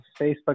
Facebook